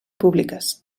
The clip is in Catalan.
públiques